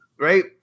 right